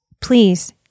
please